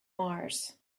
mars